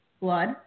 blood